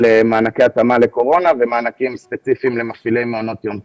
של מענקי התאמה לקורונה ומענקים ספציפיים למפעילי מעונות יום פרטיים.